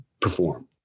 perform